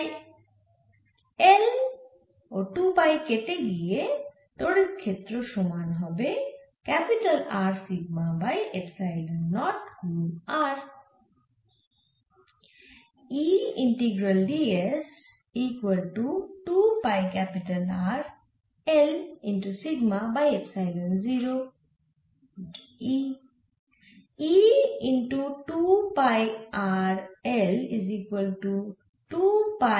তাই L 2 pi কেটে গিয়ে তড়িৎ ক্ষেত্র সমান হবে R sigma by epsilon naught গুন r